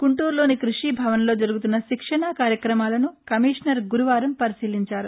గుంటూరులోని క్బషి భవన్లో జరుగుతున్న శిక్షణ కార్యక్రమాలను కమిషనర్ గురువారం పరిశీలించారు